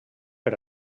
per